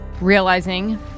realizing